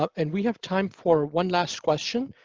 ah and we have time for one last question.